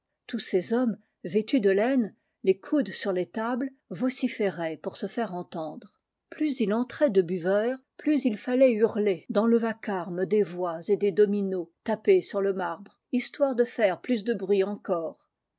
tous ces hommes vêtus de laine les coudes sur les tables vociféraient pour se faire entendre plus il entrait de buveurs plus il fallait hurler dans le vacarme des voix et des dominos tapés sur le marbre histoire de faire plus de bruit encore